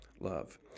love